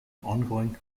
ongoing